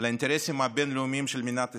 לאינטרסים הבין-לאומיים של מדינת ישראל,